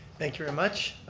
thank you very much.